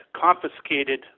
confiscated